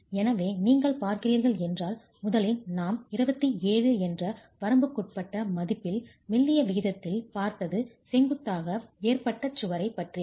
எனவே நீங்கள் பார்க்கிறீர்கள் என்றால் முதலில் நாம் 27 என்ற வரம்புக்குட்பட்ட மதிப்பில் மெல்லிய விகிதத்தில் பார்த்தது செங்குத்தாக ஏற்றப்பட்ட சுவரைப் பற்றியது